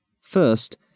First